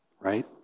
Right